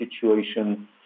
situation